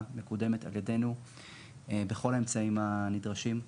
מקודמת על ידנו בכל האמצעים הנדרשים.